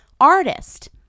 artist